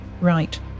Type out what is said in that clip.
Right